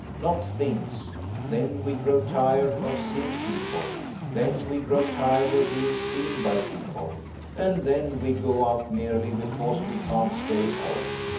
not things then we grow tired of seeing people then we grow tired of being seen by people and then we go out merely because we can't stay at home.